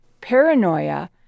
paranoia